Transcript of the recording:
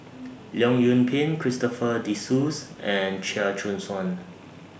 Leong Yoon Pin Christopher De Souza and Chia Choo Suan